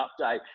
update